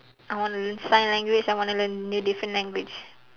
I want to learn sign language I want to learn new different language